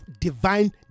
divine